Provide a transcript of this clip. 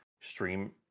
stream